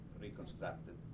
reconstructed